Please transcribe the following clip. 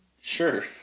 Sure